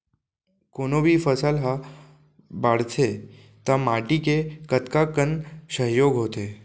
कोनो भी फसल हा बड़थे ता माटी के कतका कन सहयोग होथे?